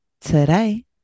today